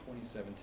2017